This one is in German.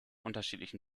unterschiedlichen